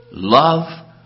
Love